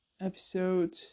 episode